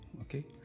okay